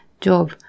job